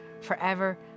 forever